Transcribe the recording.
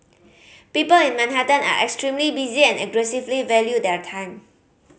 people in Manhattan are extremely busy and aggressively value their time